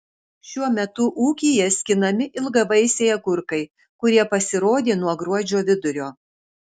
šiuo metu ūkyje skinami ilgavaisiai agurkai kurie pasirodė nuo gruodžio vidurio